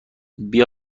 بیا